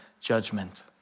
judgment